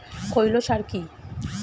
খৈল সার কি?